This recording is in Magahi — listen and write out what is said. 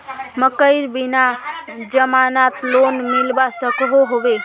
मकईर बिना जमानत लोन मिलवा सकोहो होबे?